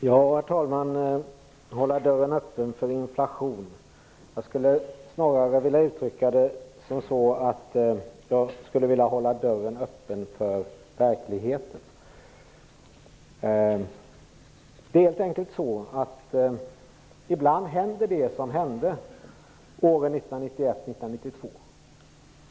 Herr talman! Mats Odell talade om att hålla dörren öppen för inflation. Jag skulle snarare uttrycka det så att jag skulle vilja hålla dörren öppen för verkligheten. Ibland händer det som hände åren 1991 och 1992.